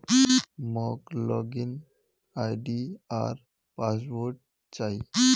मोक log in ID आर password चाहि